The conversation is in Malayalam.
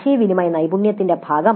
ആശയവിനിമയ നൈപുണ്യത്തിന്റെ ഭാഗമായി